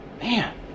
Man